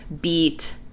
beat